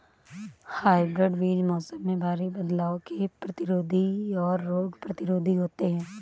hybrid बीज मौसम में भारी बदलाव के प्रतिरोधी और रोग प्रतिरोधी होते हैं